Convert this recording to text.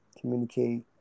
communicate